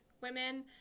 women